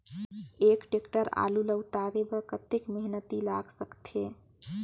एक टेक्टर आलू ल उतारे बर कतेक मेहनती लाग सकथे?